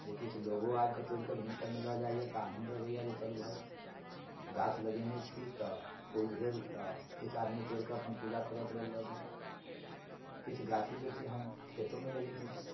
जे किछु लोगो आबिके भिनसरमे तोड़िके लऽ जाइया तऽ आनंद अबैया कि चलु भाय गाछ लगेने छी तऽ फूल भेल तऽ किछु आदमी तोड़िके अपन पूजा करऽके लेल लऽ गेल किछु गाछी वृक्षी हम खेतोमे लगेने छी